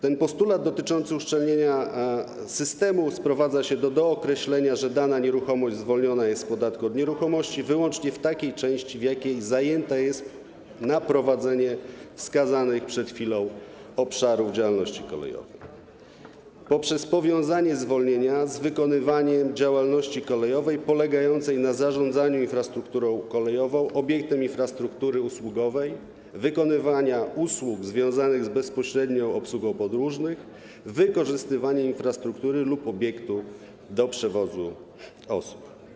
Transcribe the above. Ten postulat dotyczący uszczelnienia systemu sprowadza się do dookreślenia tego, że dana nieruchomość zwolniona jest z podatku od nieruchomości wyłącznie w takiej części, w jakiej zajęta jest na prowadzenie działalności kolejowej w ramach wskazanych przed chwilą obszarów, poprzez powiązanie zwolnienia z wykonywaniem działalności kolejowej polegającej na zarządzaniu infrastrukturą kolejową, obiektem infrastruktury usługowej, wykonywaniem usług związanych z bezpośrednią obsługą podróżnych, wykorzystywaniem infrastruktury lub obiektu do przewozu osób.